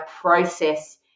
process